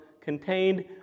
contained